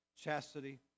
chastity